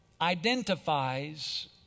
identifies